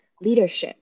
leadership